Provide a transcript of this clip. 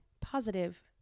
positive